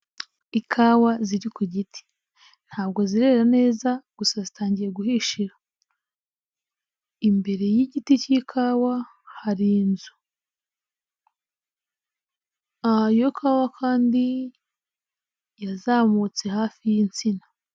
Ikawa ziri ku giti, ntabwo zirera neza ariko zitangiye guhishira. Imbere y'igiti cy'ikawa hari inzu. Iyo kawa kandi irazamutse hafi y'insina.